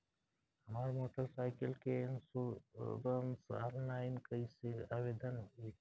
हमार motorcycle के insurance online कईसे आवेदन होई?